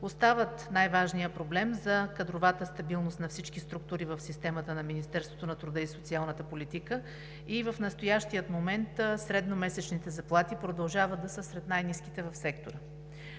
остават най-важния проблем за кадровата стабилност на всички структури в системата на Министерството на труда и социалната политика и в настоящия момент средномесечните заплати продължават да са сред най-ниските в сектора,